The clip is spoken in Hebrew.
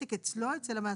וותק אצלו, אצל המעסיק,